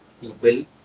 people